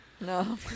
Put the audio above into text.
No